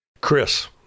Chris